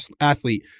athlete